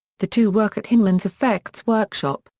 the two work at hyneman's effects workshop,